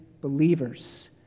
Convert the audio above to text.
believers